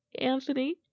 Anthony